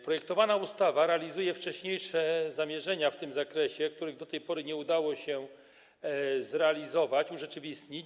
Projektowana ustawa realizuje wcześniejsze zamierzenia w tym zakresie, których do tej pory nie udało się zrealizować, urzeczywistnić.